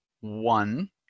one